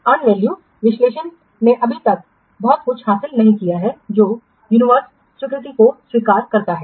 earned value विश्लेषण ने अभी तक बहुत कुछ हासिल नहीं किया है जो यूनिवर्स स्वीकृति को स्वीकार करता है